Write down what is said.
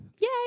Yay